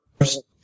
first